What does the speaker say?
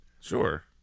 Sure